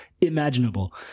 imaginable